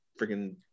freaking